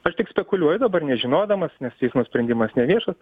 aš tik spekuliuoju dabar nežinodamas nes teismo sprendimas neviešas